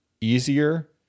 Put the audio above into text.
easier